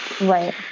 right